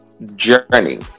journey